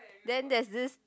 then there's this